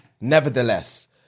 nevertheless